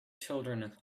children